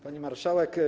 Pani Marszałek!